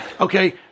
Okay